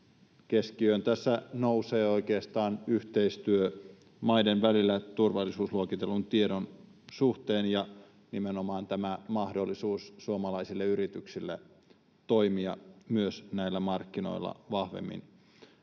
tässä nousee oikeastaan yhteistyö maiden välillä turvallisuusluokitellun tiedon suhteen ja nimenomaan tämä mahdollisuus suomalaisille yrityksille toimia myös näillä markkinoilla vahvemmin